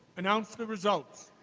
announce the results.